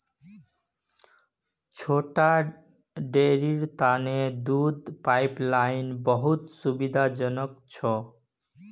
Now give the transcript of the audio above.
छोटा डेरीर तने दूध पाइपलाइन बहुत सुविधाजनक छ